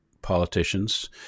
Politicians